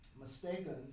mistaken